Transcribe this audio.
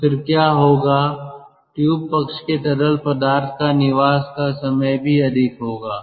तो फिर क्या होगा ट्यूब पक्ष के तरल पदार्थ का निवास का समय भी अधिक होगा